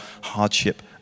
hardship